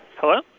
Hello